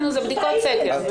זה בדיקת סקר.